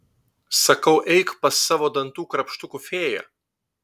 sakau eik pas savo dantų krapštukų fėją